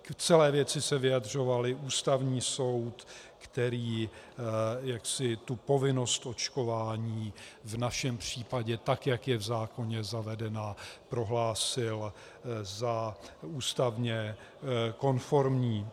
K celé věci se vyjadřoval i Ústavní soud, který povinnost očkování v našem případě tak, jak je v zákoně zavedená, prohlásil za ústavně konformní.